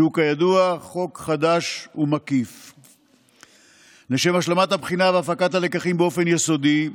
שהוא כידוע חוק חדש ומקיף.לשם השלמת הבחינה והפקת הלקחים באופן יסודי,